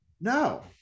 No